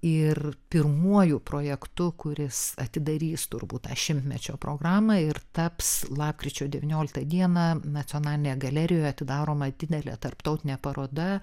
ir pirmuoju projektu kuris atidarys turbūt tą šimtmečio programą ir taps lapkričio devynioliktą dieną nacionalinėje galerijoje atidaroma didelė tarptautinė paroda